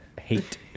hate